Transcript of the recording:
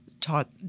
taught